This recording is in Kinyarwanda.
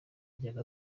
bajyaga